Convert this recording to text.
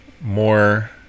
more